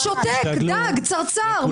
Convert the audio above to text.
שותק, דג, צרצר.